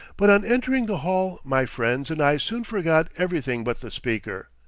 but on entering the hall my friends and i soon forgot everything but the speaker.